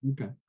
Okay